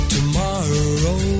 Tomorrow